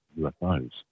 UFOs